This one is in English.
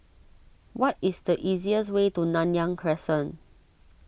what is the easiest way to Nanyang Crescent